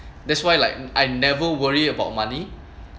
that's why like I never worry about money